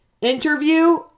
interview